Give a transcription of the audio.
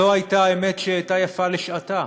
זו הייתה האמת שהייתה יפה לשעתה.